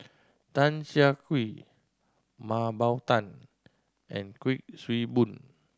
Tan Siah Kwee Mah Bow Tan and Kuik Swee Boon